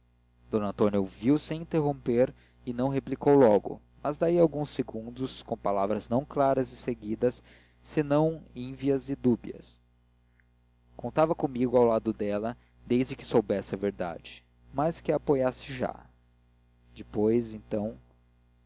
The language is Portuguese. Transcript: d antônia ouviu sem interromper e não replicou logo mas daí a alguns segundos com palavras não claras e seguidas senão ínvias e dúbias contava comigo ao lado dela desde que soubesse a verdade mas que a apoiasse já depois então